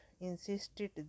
insisted